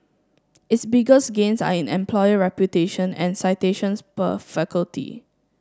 its biggest gains are in employer reputation and citations per faculty